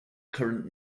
current